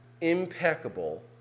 impeccable